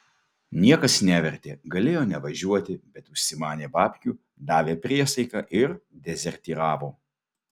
niekas nevertė galėjo nevažiuoti bet užsimanė babkių davė priesaiką ir dezertyravo